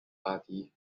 party